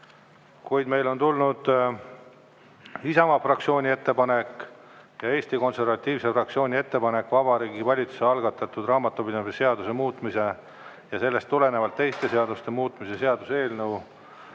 Kuid meile on tulnud Isamaa fraktsiooni ettepanek ja Eesti konservatiivse fraktsiooni ettepanek Vabariigi Valitsuse algatatud raamatupidamise seaduse muutmise ja sellest tulenevalt teiste seaduste muutmise seaduse eelnõu